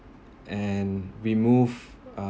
and remove uh